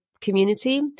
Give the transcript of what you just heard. community